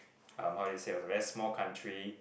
uh how do you say was very small country